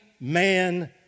man